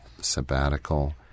sabbatical